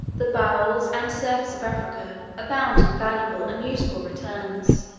the bowels and surface of africa, abound in valuable and useful returns